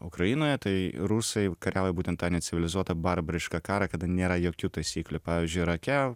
ukrainoje tai rusai kariauja būtent tą necivilizuotą barbarišką karą kada nėra jokių taisyklių pavyzdžiui irake